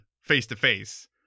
face-to-face